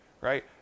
right